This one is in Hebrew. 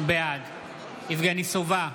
בעד יבגני סובה,